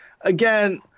again